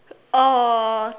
uh